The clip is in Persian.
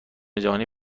جهانی